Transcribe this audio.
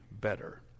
better